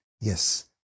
Yes